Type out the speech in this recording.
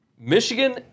Michigan